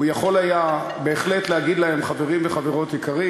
הוא יכול היה בהחלט להגיד להם: חברים וחברות יקרים,